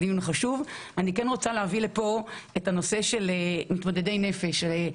כן רוצה להביא לפה את הנושא של מתמודדי נפש.